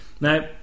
Now